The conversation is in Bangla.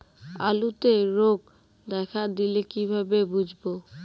আলুতে রোগ দেখা দিলে কিভাবে বুঝবো?